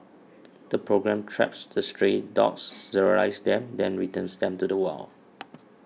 the programme traps the stray dogs sterilises them then returns them to the wild